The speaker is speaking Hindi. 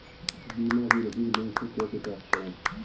बीमा की रसीद बैंक से कैसे प्राप्त करें?